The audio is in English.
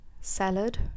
Salad